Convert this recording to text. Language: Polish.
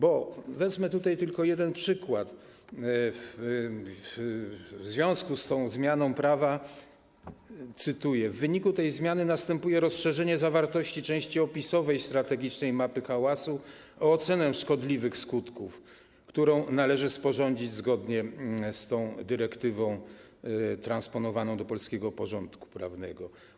Podam tylko jeden przykład w związku z tą zmianą prawa, cytuję: W wyniku tej zmiany następuje rozszerzenie zawartości części opisowej i strategicznej mapy hałasu o ocenę szkodliwych skutków, którą należy sporządzić zgodnie z tą dyrektywą transponowaną do polskiego porządku prawnego.